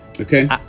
okay